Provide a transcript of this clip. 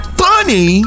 funny